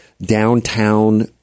downtown